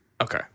Okay